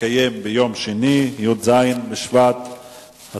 לכפר בועיינה-נוג'ידאת ולמצפה-נטופה וקטע